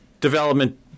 development